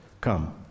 come